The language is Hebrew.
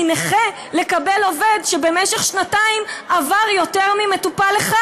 מנכה לקבל עובד שבמשך שנתיים עבר יותר ממטופל אחד.